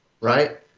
Right